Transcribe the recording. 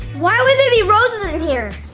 why would there be roses in here?